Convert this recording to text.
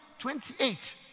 28